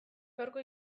gaurko